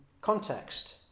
context